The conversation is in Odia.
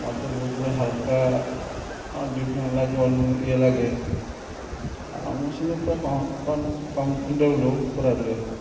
ମୋତେ ବହୁତ ହାଲ୍କା ଡିଫେରେଣ୍ଟ୍ ଲାଗେ ଇଏ ଲାଗେ ଆଉ ମୁଁ କମ୍ଫଟେବୁଲୁ ପୁରା ରୁହେ